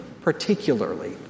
particularly